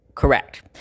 Correct